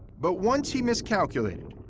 but once, he miscalculated.